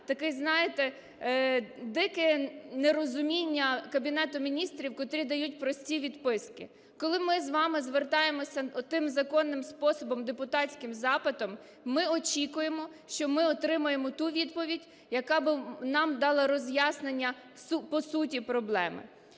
таке, знаєте, дике нерозуміння Кабінету Міністрів, котрий дає прості відписки. Коли ми з вами звертаємося отим законним способом – депутатським запитом, ми очікуємо, що ми отримаємо ту відповідь, яка би нам дала роз'яснення по суті проблеми.